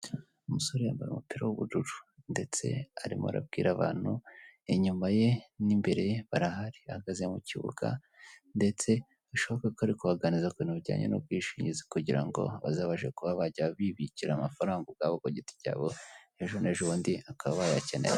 Umusore yambaye umupira w'ubururu ndetse arimo arabwira abantu, inyuma ye n'imbere barahari, ahagaze mu kibuga ndetse bishoboka ko arikubaganiriza ku bintu bijyanye n'ubwishingizi kugira ngo bazabashe kuba bajya bibikira amafaranga ubwabo ku giti cyabo, ejo n'ejo bundi bakaba bayakenera.